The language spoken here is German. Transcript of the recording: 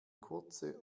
kurze